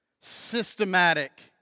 systematic